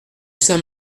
saint